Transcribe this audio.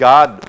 God